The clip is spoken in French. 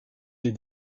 des